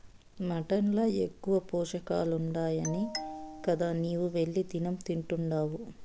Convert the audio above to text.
mutton ల ఎక్కువ పోషకాలుండాయనే గదా నీవు వెళ్లి దినం తింటున్డావు